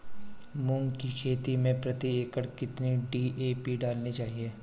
मूंग की खेती में प्रति एकड़ कितनी डी.ए.पी डालनी चाहिए?